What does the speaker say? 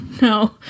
no